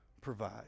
provide